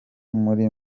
muri